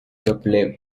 doppler